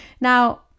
Now